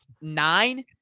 nine